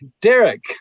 Derek